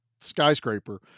skyscraper